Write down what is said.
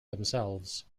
themselves